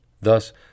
Thus